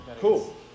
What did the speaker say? Cool